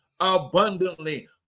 Abundantly